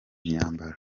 myambaro